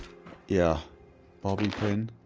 yeah bobby pin